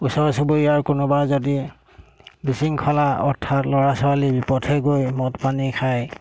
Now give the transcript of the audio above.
ওচৰ চুবুৰীয়াৰ কোনোবা যদি বৃশৃংখল অৰ্থাৎ ল'ৰা ছোৱালী বিপথে গৈ মদ পানী খায়